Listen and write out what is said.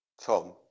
Tom